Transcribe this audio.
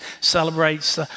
celebrates